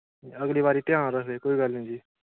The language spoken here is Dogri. अगली बारी ध्यान रक्खगे कोई गल्ल निं जी